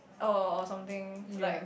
or or something like